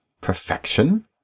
Perfection